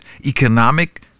economic